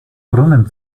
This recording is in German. brunnen